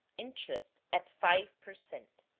interest at five per cent.